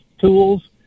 tools